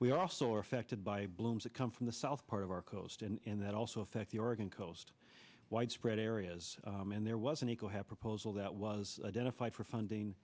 we also are affected by blooms that come from the south part of our coast and that also affect the oregon coast widespread areas and there was an eco have proposal that was identified for funding